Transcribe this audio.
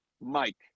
Mike